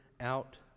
out